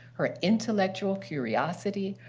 her intellectual curiosity,